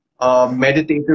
meditative